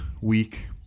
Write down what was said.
week